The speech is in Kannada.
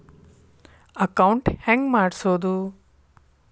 ಅಕೌಂಟ್ ಹೆಂಗ್ ಮಾಡ್ಸೋದು?